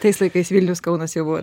tais laikais vilnius kaunas jau buvo